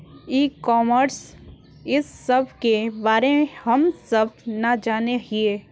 ई commerce इस सब के बारे हम सब ना जाने हीये?